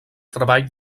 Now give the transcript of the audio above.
treball